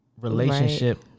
relationship